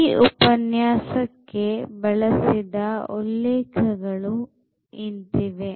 ಈ ಉಪನ್ಯಾಸಕ್ಕೆ ಬಳಸಿದ ಉಲ್ಲೇಖಗಳು ಇಂತಿವೆ